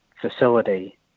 facility